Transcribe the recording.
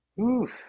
Oof